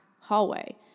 hallway